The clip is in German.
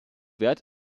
wert